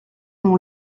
mon